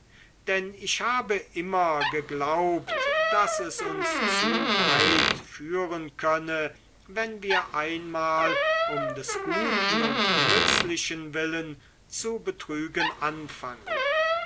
denn ich habe immer geglaubt daß es uns zu weit führen könne wenn wir einmal um des guten und nützlichen willen zu betrügen anfangen